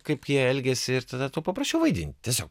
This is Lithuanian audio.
kaip jie elgiasi ir tada tau paprašiau vaidinti tiesiog